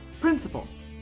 Principles